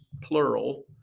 plural